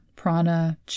prana